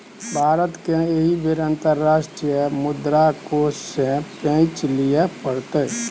भारतकेँ एहि बेर अंतर्राष्ट्रीय मुद्रा कोष सँ पैंच लिअ पड़तै